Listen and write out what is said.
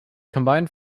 combined